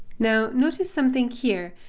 now, notice something here.